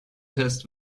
test